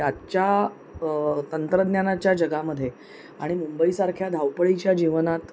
त्याच्या तंत्रज्ञानाच्या जगामध्ये आणि मुंबईसारख्या धावपळीच्या जीवनात